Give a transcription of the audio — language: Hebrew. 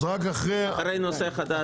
אז רק אחרי נושא חדש.